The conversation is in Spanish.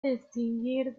distinguir